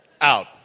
Out